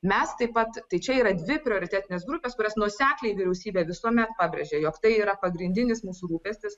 mes taip pat tai čia yra dvi prioritetinės grupes kurias nuosekliai vyriausybė visuomet pabrėžia jog tai yra pagrindinis mūsų rūpestis